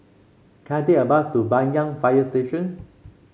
can I take a bus to Banyan Fire Station